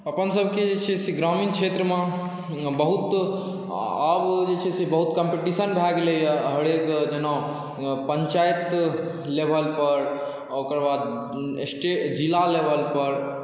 अपनसबके जे छै से ग्रामीण क्षेत्रमे बहुत आब जे छै से बहुत कॉम्पटिशन भऽ गेलैए हरेक जेना पञ्चाइत लेवलपर ओकर बाद स्टेट जिला लेवलपर